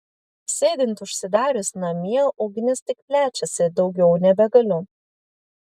sėdint užsidarius namie ugnis tik plečiasi daugiau nebegaliu